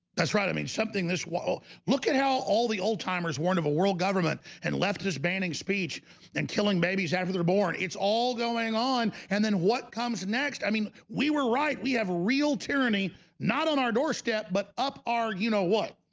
that's right, i mean something this whoa look at how all the old timers warned of a world government and left this banning speech and killing babies after they're born it's all going on and then what comes next? i mean we were right we have real tyranny not on our doorstep but up argh. you know what?